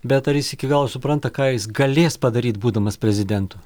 bet ar jis iki galo supranta ką jis galės padaryti būdamas prezidentu